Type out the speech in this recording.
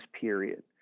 period